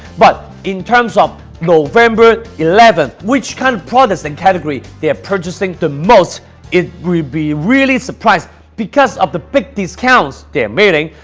but in terms of november eleven which kind of products and category they are purchasing to most it would be really surprised because of the big discounts they are making.